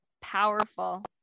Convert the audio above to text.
powerful